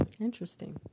Interesting